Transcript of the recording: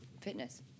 fitness